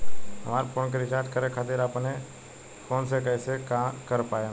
हमार फोन के रीचार्ज करे खातिर अपने फोन से कैसे कर पाएम?